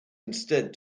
instead